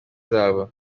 zabo